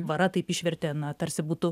vara taip išvertė na tarsi būtų